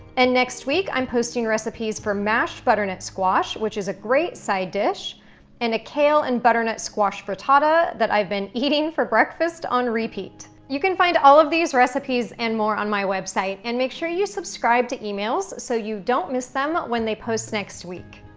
and next week, i'm posting recipes for mash butternut squash which is a great side dish and a kale a butternut squash frittata that i've been eating for breakfast on repeat. you can find all of these recipes and more on my website and makes sure you subscribe to emails so you don't miss them when they post next week.